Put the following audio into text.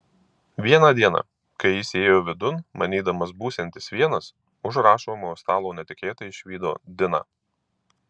vieną dieną kai jis įėjo vidun manydamas būsiantis vienas už rašomojo stalo netikėtai išvydo diną